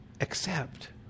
accept